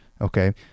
okay